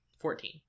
Fourteen